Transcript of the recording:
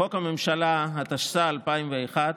לחוק הממשלה, התשס"א 2001,